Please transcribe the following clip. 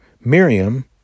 Miriam